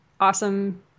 awesome